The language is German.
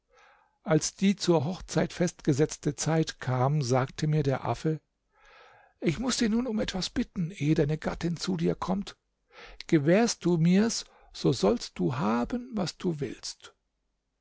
als die zur hochzeit festgesetzte zeit kam sagte mir der affe ich muß dich nun um etwas bitten ehe deine gattin zu dir kommt gewährst du mir's so sollst du haben was du willst